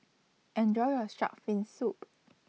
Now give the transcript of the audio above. Enjoy your Shark's Fin Soup